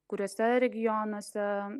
kuriuose regionuose